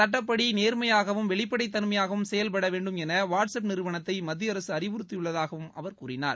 சட்டப்படி நேர்மையாகவும் வெளிப்படைத் தன்மையாகவும் செயல்பட வேண்டும் என வாட்ஸ் அப் நிறுவனத்தை மத்திய அரசு அறிவுறுத்தியுள்ளதாகவும் அவர் கூறினார்